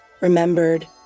remembered